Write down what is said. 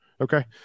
Okay